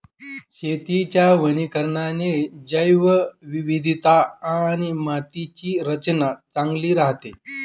शेतीच्या वनीकरणाने जैवविविधता आणि मातीची रचना चांगली राहते